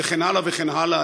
וכן הלאה וכן הלאה,